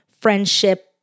friendship